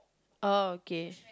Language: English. oh okay